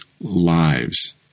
lives